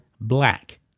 Black